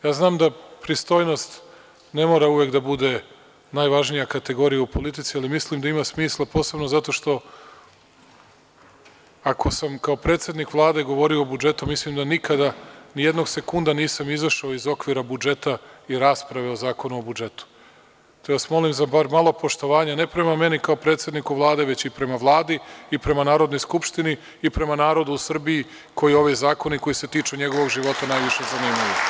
Ja znam da pristojnost ne mora uvek da bude najvažnija kategorija u politici, ali mislim da ima smisla posebno zato što ako sam kao predsednik Vlade govorio o budžetu, mislim da nikada ni jednog sekunda nisam izašao iz okvira budžeta i rasprave o Zakonu o budžetu, te vas molim za bar malo poštovanja ne prema meni kao predsedniku Vlade, već i prema Vladi i prema Narodnoj skupštini i prema narodu u Srbiji koje ove zakone koji se tiču njegovog života najviše zanimaju.